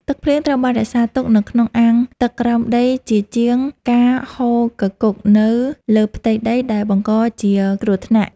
ទឹកភ្លៀងត្រូវបានរក្សាទុកនៅក្នុងអាងទឹកក្រោមដីជាជាងការហូរគគុកនៅលើផ្ទៃដីដែលបង្កជាគ្រោះថ្នាក់។